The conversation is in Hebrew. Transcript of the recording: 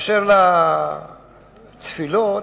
אשר לתפילות,